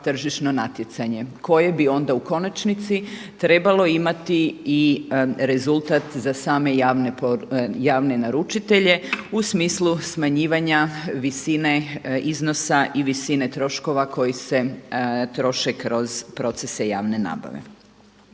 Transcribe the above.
tržišno natjecanje koje bi onda u konačnici trebalo imati i rezultat za same javne naručitelje u smislu smanjivanja visine iznosa i visine troškova koji se troše kroz procese javne nabave.